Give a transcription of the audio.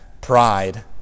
pride